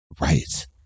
Right